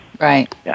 Right